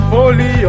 Holy